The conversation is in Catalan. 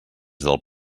del